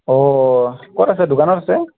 অ ক'ত আছে দোকানত আছে